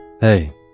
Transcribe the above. Hey